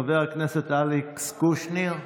חבר הכנסת אלכס קושניר,